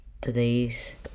today's